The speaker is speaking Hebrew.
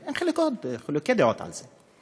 אין חילוקי דעות על זה.